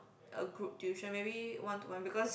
uh group tuition maybe one to one because